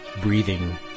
breathing